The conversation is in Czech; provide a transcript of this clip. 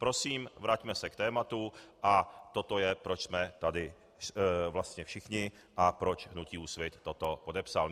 Prosím, vraťme se k tématu a toto je, proč jsme tady vlastně všichni a proč hnutí Úsvit toto podepsalo.